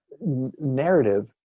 narrative